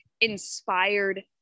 inspired